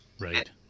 Right